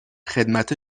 خدمت